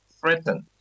threatened